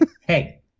hey